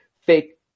fake